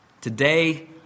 Today